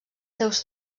seus